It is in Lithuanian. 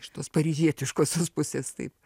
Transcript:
iš tos paryžietiškosios pusės taip